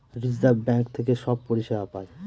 reserve Bank থেকে সব পরিষেবা পায়